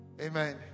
Amen